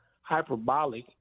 hyperbolic